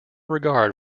regard